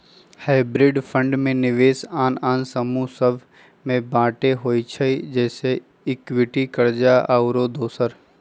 hybrid fund में निवेश आन आन समूह सभ में बाटल होइ छइ जइसे इक्विटी, कर्जा आउरो दोसर